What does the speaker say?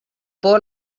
por